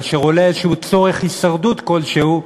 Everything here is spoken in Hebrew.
כאשר עולה איזשהו צורך הישרדות כלשהו,